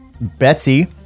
Betsy